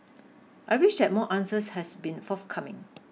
I wish that more answers has been forthcoming